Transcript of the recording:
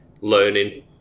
learning